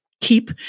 keep